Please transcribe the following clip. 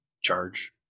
charge